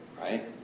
Right